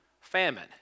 famine